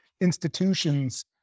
institutions